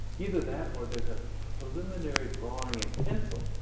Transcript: either that, or there's a preliminary drawing in pencil,